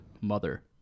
mother